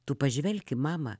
tu pažvelki mama